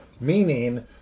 meaning